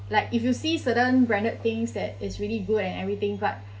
like if you see certain branded things that is really good and everything but